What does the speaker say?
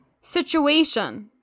situation